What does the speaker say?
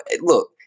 look